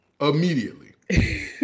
immediately